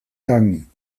gang